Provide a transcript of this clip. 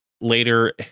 later